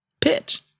pitch